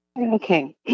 Okay